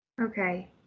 Okay